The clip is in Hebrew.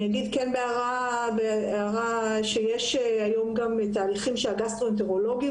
אני כן אגיד בהערה שיש היום תהליכים שהגסטרואנטרולוגים